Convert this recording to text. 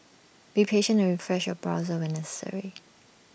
be patient and refresh your browser when necessary